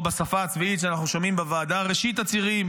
או בשפה הצבאית שאנחנו שומעים בוועדה: "ראשית הצירים".